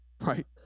Right